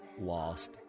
lost